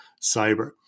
Cyber